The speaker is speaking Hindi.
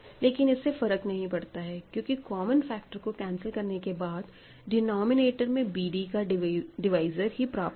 लेकिन इससे फरक नहीं पड़ता है क्यूंकि कॉमन फैक्टर को कैंसिल करने के बाद डिनोमिनेटर में bd का डिवीज़र ही प्राप्त होगा